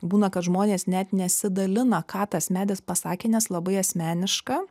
būna kad žmonės net nesidalina ką tas medis pasakė nes labai asmeniška